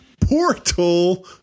portal